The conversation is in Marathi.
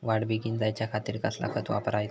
वाढ बेगीन जायच्या खातीर कसला खत वापराचा?